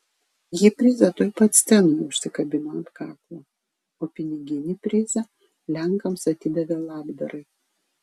ji prizą tuoj pat scenoje užsikabino ant kaklo o piniginį prizą lenkams atidavė labdarai